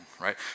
right